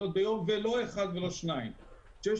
ולא אחד ולא שניים כאלה ועל זה שיש